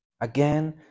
again